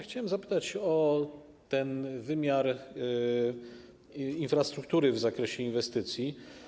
Chciałem zapytać o wymiar infrastruktury w zakresie tej inwestycji.